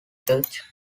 church